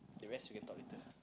the rest we can talk later